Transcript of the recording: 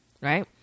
right